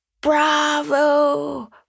Bravo